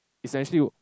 is actually